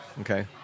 Okay